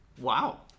Wow